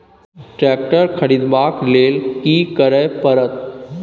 Tractor खरीदबाक लेल की करय परत?